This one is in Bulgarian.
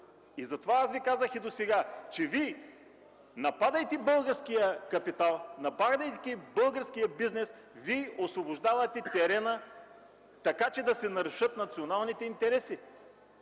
Затова и досега казвах, че Вие, нападайки българския капитал, нападайки българския бизнес, Вие освобождавате терена, така че да се нарушат националните интереси.